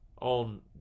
on